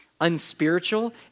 Unspiritual